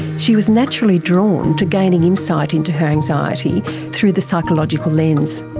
she was naturally drawn to gaining insight into her anxiety through the psychological lens.